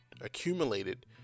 accumulated